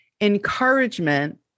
encouragement